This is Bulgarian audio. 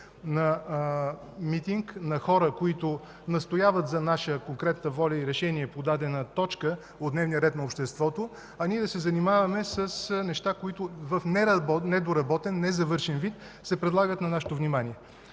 на митинг на хора, които настояват за наша конкретна воля и решение по дадена точка от дневния ред на обществото, а ние да се занимаваме с неща, които в недоработен, незавършен вид се предлагат на нашето внимание.